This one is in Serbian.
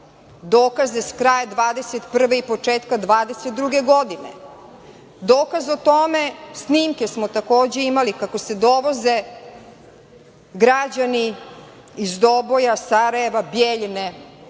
dokaze s kraja 2021. i početka 2022. godine, dokaz o tome, snimke smo takođe imali, kako se dovoze građani iz Doboja, Sarajeva, Bjeljine,